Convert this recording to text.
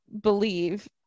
believe